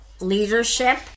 leadership